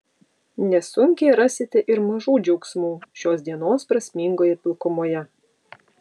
nesunkiai rasite ir mažų džiaugsmų šios dienos prasmingoje pilkumoje